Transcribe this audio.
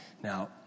Now